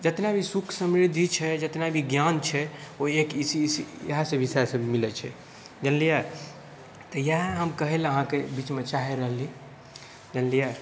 जितना भी सुख समृद्धि छै जितना भी ज्ञान छै ओ एक इसी इएह विषयसँ मिलैत छै जानलियै तऽ इएह हम कहै लए अहाँकेँ बीचमे चाहि रहल रहि जानलियै